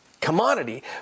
commodity